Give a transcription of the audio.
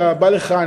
אתה בא לכאן,